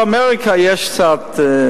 באמריקה יש קצת,